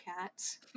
cats